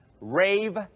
rave